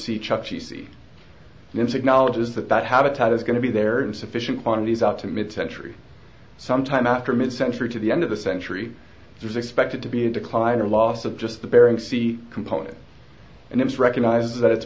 see chuck cheesy music knowledge is that that habitat is going to be there in sufficient quantities up to mid century sometime after mid century to the end of the century there's expected to be a decline or loss of just the bering sea component and it's recognize that it's